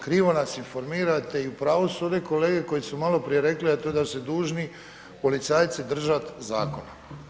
Krivo nas informirate i upravu su one kolege koji su maloprije rekli a to je da ste dužni policajce držati zakona.